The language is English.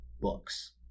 books